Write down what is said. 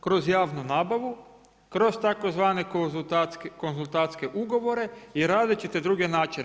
Kroz javnu nabavu, kroz tzv. konzultantske ugovore i različite druge načine.